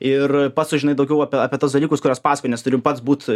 ir pats sužinai daugiau apie apie tuos dalykus kuriuos pasakoji nes turi pats būt